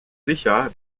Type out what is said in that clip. sicher